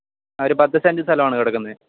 ആ ഒരു പത്തു സെൻ്റെ് സ്ഥലവാണ് കിടക്കുന്നത്